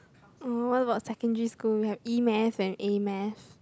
oh what about secondary school you have E-math and A-math